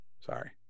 Sorry